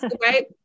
right